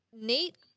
Nate